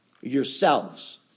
yourselves